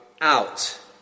out